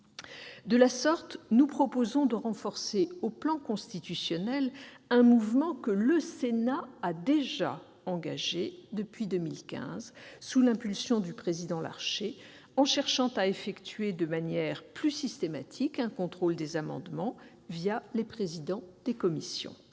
De la sorte, nous proposons de renforcer au plan constitutionnel un mouvement que le Sénat a déjà engagé depuis 2015, sous l'impulsion du président Larcher, en cherchant à effectuer, de manière plus systématique, un contrôle des amendements les présidents de commission.